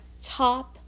top